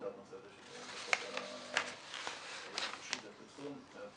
בעיקר בנושא הזה של --- פרסום מבחינת